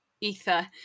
ether